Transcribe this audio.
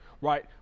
right